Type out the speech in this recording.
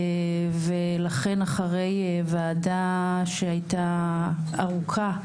ולכן אחרי ועדה שהייתה ארוכה,